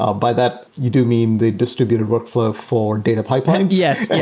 ah by that, you do mean the distributed workflow for data pipeline? yes.